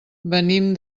venim